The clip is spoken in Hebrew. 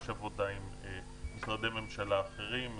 יש עבודה עם משרדי הממשלה האחרים,